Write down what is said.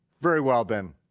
very well then,